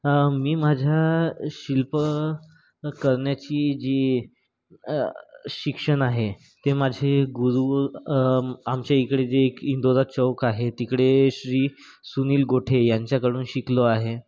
मी माझ्या शिल्प करण्याचे जी शिक्षण आहे ते माझे गुरु आमच्या इकडे जे एक इंदोरा चौक आहे तिकडे श्री सुनील गोठे यांच्याकडून शिकलो आहे